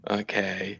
okay